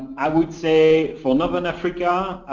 i would say for northern africa,